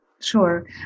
Sure